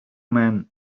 men